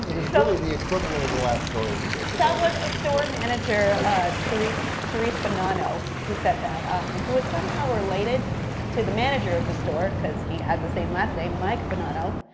is really the equivalent of the last story that we did. that was the store manager charisse charisse bonanno who said that um and who is somehow related to the manager of the store because he had the same last name, mike bonanno.